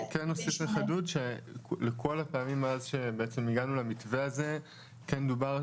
אני רק כן אוסיף שלכל הפעמים מאז שהגענו למתווה הזה כן דובר,